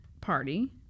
party